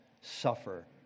suffer